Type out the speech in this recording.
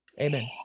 Amen